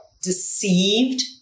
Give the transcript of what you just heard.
deceived